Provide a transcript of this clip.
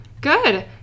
Good